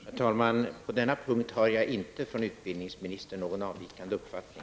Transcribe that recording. Herr talman! På denna punkt har jag inte någon från utbildningsministern avvikande uppfattning.